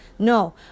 No